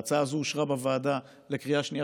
ההצעה הזאת אושרה בוועדה לקריאה שנייה